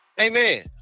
Amen